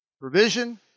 Provision